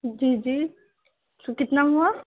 جی جی تو کتنا ہوا